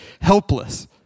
helpless